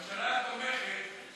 הממשלה תומכת,